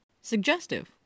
Suggestive